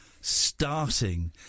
Starting